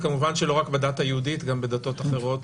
וכמובן שלא רק בדת היהודית, גם בדתות אחרות